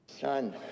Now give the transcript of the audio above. Son